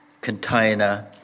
container